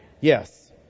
Yes